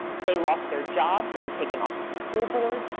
they lost their jobs. they were taken off of the school board.